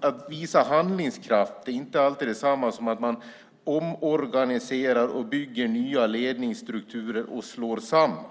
Att visa handlingskraft är dock inte alltid detsamma som att man omorganiserar, bygger nya ledningsstrukturer och slår samman.